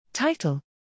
Title